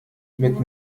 mit